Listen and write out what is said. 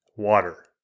water